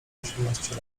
osiemnaście